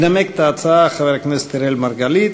ינמק את ההצעה חבר הכנסת אראל מרגלית.